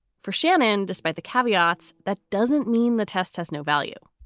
for shannon, despite the caveats, that doesn't mean the test has no value.